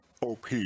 OP